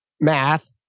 math